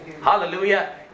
Hallelujah